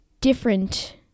different